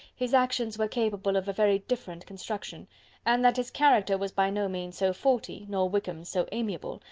his actions were capable of a very different construction and that his character was by no means so faulty, nor wickham's so amiable,